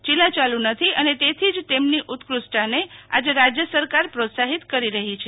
ચીલાચાલુ નથી અને તેથી જ તેમની ઉત્કૃષ્ટતાને આજે રાજ્ય સરકાર પ્રોત્સાહિત કરી રહી છે